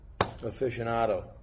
aficionado